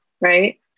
right